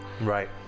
Right